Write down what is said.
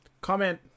comment